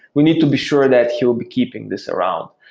we need to be sure that he will be keeping this around.